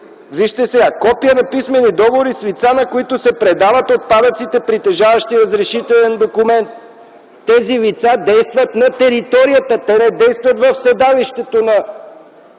Вижте сега: „Копия на писмени договори с лица, на които се предават отпадъците, притежаващи разрешителен документ.” Тези лица действат на територията, те не действат в седалището на